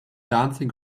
dancing